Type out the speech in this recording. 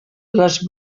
les